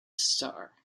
star